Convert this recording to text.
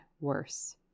worse